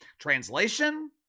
Translation